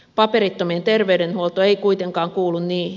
paperittomien terveydenhuolto ei kuitenkaan kuulu niihin